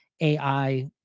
AI